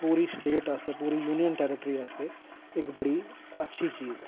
पूरी स्टेट आस्तै पूरी यूनियन टैरेट्री आस्तै इक बड़ी अच्छी चीज ऐ